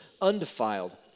undefiled